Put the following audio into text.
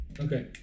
Okay